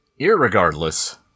Irregardless